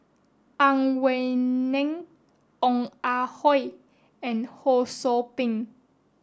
Ang Wei Neng Ong Ah Hoi and Ho Sou Ping